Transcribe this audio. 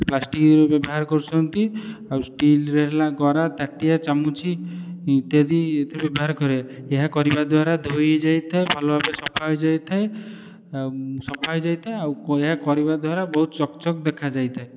ପ୍ଲାଷ୍ଟିକର ବ୍ୟବହାର କରୁଛନ୍ତି ଆଉ ଷ୍ଟିଲ୍ ର ହେଲା ଗରା ତାଟିଆ ଚାମଚ ଇତ୍ୟାଦି ବ୍ୟବହାର କରେ ଏହା କରିବା ଦ୍ଵାରା ଧୋଇ ହୋଇଯାଇଥାଏ ଭଲରେ ସଫା ହୋଇଯାଇଥାଏ ସଫା ହୋଇଯାଇଥାଏ ଆଉ ଏହା କରିବା ଦ୍ଵାରା ବହୁତ ଚକଚକ ଦେଖା ଯାଇଥାଏ